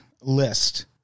list